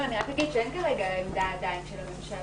לא, אני רק אגיד שאין עמדה עדיין של הממשלה.